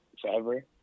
forever